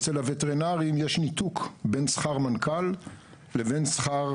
אצל הווטרינר יש ניתוק בין שכר מנכ"ל לבין שכר